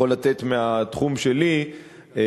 אמר, ואני יכול לתת מהתחום שלי דוגמאות,